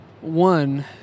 one